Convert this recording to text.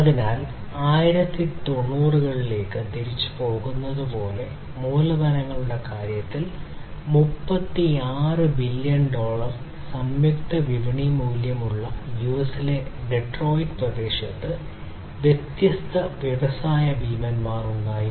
അതിനാൽ 1990 കളിലേക്ക് തിരിച്ചുപോകുന്നത് പോലെ മൂലധനങ്ങളുടെ കാര്യത്തിൽ 36 ബില്യൺ ഡോളർ പ്രദേശത്ത് വ്യത്യസ്ത വ്യവസായ ഭീമന്മാർ ഉണ്ടായിരുന്നു